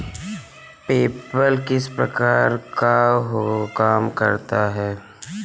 PayPal किस प्रकार काम करता है?